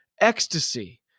Ecstasy